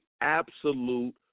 absolute